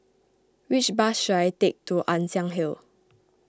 which bus should I take to Ann Siang Hill